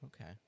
okay